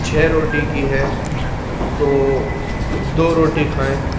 چھ روٹی کی ہے تو دو روٹی کھائیں